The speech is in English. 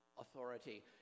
authority